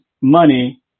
money